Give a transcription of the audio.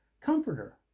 comforter